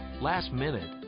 Last-minute